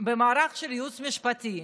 במערך של הייעוץ המשפטי,